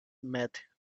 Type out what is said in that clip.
met